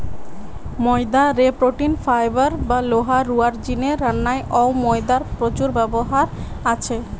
ময়দা রে protein, fiber বা লোহা রুয়ার জিনে রান্নায় অউ ময়দার প্রচুর ব্যবহার আছে